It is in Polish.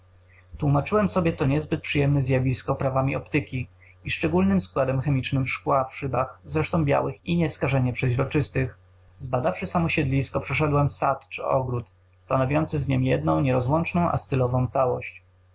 tłómaczyłem sobie to niezbyt przyjemne zjawisko prawami optyki i szczególnym składem chemicznym szkła w szybach zresztą białych i nieskażenie przeźroczystych zbadawszy samo siedlisko przeszedłem w sad czy ogród stanowiący z niem jedną nierozłączną a stylową całość